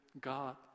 God